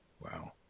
Wow